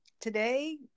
Today